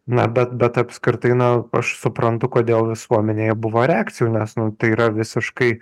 na bet bet apskritai na aš suprantu kodėl visuomenėje buvo reakcijų nes nu tai yra visiškai